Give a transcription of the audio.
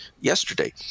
yesterday